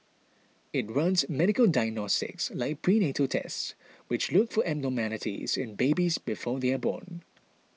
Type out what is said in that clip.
it runs medical diagnostics like prenatal tests which look for abnormalities in babies before they are born